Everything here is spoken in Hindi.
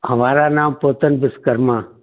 हमारा नाम पोतन विश्वकर्मा